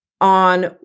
on